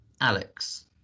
Alex